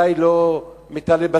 ודאי לא מטלב אלסאנע.